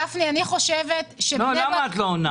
גפני, אני חושבת --- למה את לא עונה?